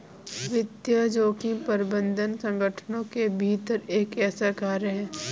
वित्तीय जोखिम प्रबंधन संगठनों के भीतर एक ऐसा कार्य है